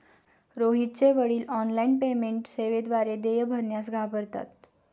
रोहितचे वडील online payment सेवेद्वारे देय भरण्यास घाबरतात